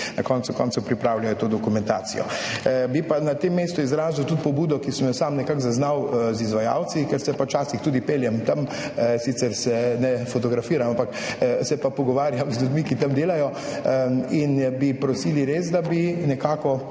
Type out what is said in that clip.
na koncu koncev pripravljajo to dokumentacijo? Bi pa na tem mestu izrazil tudi pobudo, ki sem jo sam nekako zaznal pri izvajalcih, ker se pa včasih tudi peljem tam, sicer se ne fotografiram, ampak se pa pogovarjam z ljudmi, ki tam delajo, in bi res prosili, da bi skušali